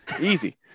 Easy